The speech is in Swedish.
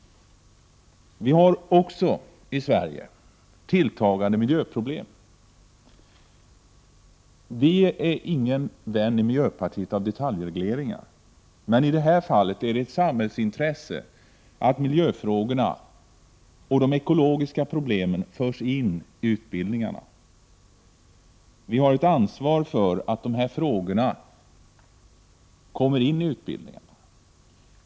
Vi har också i Sverige tilltagande miljöproblem. Inom miljöpartiet är man inte någon vän av detaljregleringar, men i det här fallet är det ett samhällsintresse att miljöfrågorna och de ekologiska problemen förs in i utbildningarna. Vi har ett ansvar för detta.